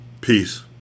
Peace